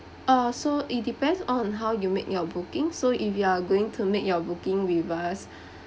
uh so it depends on how you make your booking so if you are going to make your booking with us